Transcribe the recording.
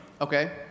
Okay